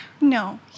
No